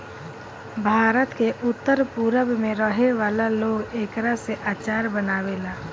भारत के उत्तर पूरब में रहे वाला लोग एकरा से अचार बनावेला